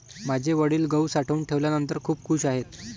माझे वडील गहू साठवून ठेवल्यानंतर खूप खूश आहेत